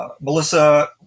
Melissa